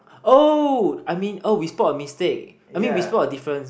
oh I mean oh we spot a mistake I mean we spot a difference